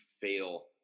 fail